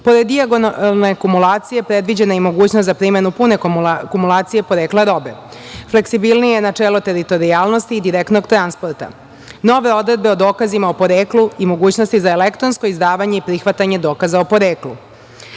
dijagonalne akumulacije, predviđena je i mogućnost za primenu pune kumulacije porekla robe, fleksibilnije načelo teritorijalnosti i direktnog transporta, nove odredbe o dokazima o poreklu i mogućnosti za elektronsko izdavanje i prihvatanje dokaza o poreklu,